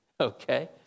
okay